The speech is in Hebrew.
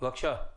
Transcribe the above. אני מבקשת